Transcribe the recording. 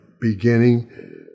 beginning